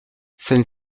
scène